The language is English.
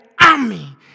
army